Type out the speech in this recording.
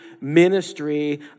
ministry